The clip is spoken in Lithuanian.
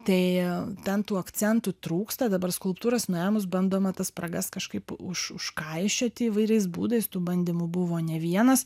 tai jie ten tų akcentų trūksta dabar skulptūras nuėmus bandoma tas spragas kažkaip už užkaišioti įvairiais būdais tų bandymų buvo ne vienas